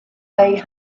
they